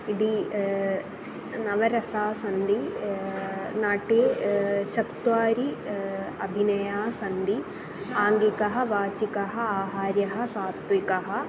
इति नव रसाः सन्ति नाट्ये चत्वारि अभिनयः सन्धिः आङ्गिकः वाचिकः आहार्यः सात्विकः